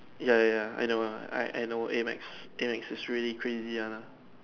ya ya ya I know ah I I know A maths A maths is really crazy one lah